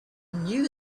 knew